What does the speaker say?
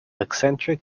eccentric